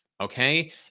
Okay